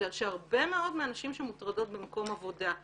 בגלל שהרבה מאוד מהנשים שמוטרדות במקום העבודה,